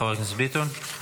חבר הכנסת ביטון.